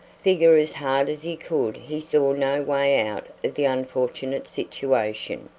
figure as hard as he could he saw no way out of the unfortunate situation.